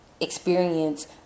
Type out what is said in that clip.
experience